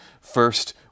first